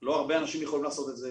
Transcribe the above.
לא הרבה אנשים יכולים לעשות את זה